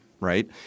right